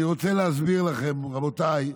אני רוצה להסביר לכם, רבותיי,